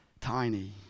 tiny